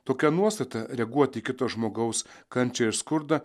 tokia nuostata reaguoti į kito žmogaus kančią ir skurdą